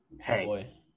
Hey